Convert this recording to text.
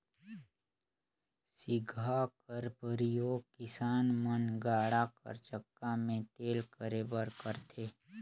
सिगहा कर परियोग किसान मन गाड़ा कर चक्का मे तेल करे बर करथे